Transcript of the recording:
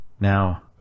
now